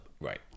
right